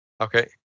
Okay